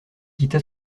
quitta